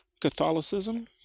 Catholicism